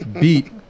beat